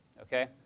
okay